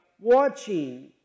watching